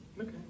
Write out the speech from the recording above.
Okay